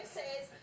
says